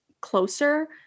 closer